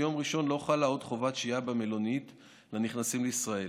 מיום ראשון לא חלה עוד חובת שהייה במלונית לנכנסים לישראל.